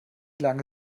lange